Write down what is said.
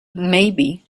maybe